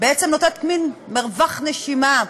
בעצם נותנת מין מרווח נשימה.